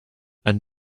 and